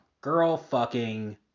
girl-fucking